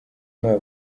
mwaka